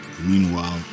Meanwhile